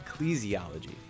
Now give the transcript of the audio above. Ecclesiology